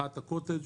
מחאת הקוטג'